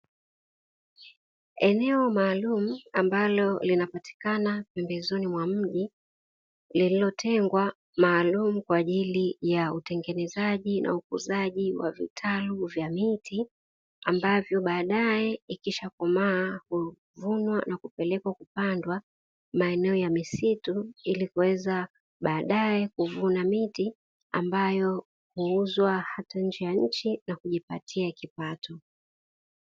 Eneo maalumu ambalo linapatikana pembezoni mwa mji, lililotengwa maalumu kwa ajili ya utengenezaji na ukuzaji wa vitalu vya miti, ambayo baadaye ikishakomaa huvunwa na kupelekwa kupandwa maeneo ya misitu, ili kuweza baadaye kuvuna miti ambayo huuzwa hata nje ya nchi na kujipatia kipato.